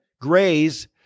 graze